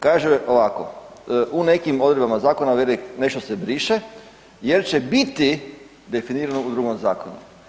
Kaže ovako, u nekim odredbama zakona nešto se briše jer će biti definirano u drugom zakonu.